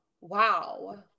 wow